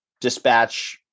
dispatch